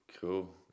Cool